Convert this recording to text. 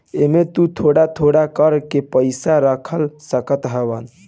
एमे तु थोड़ थोड़ कर के पैसा रख सकत हवअ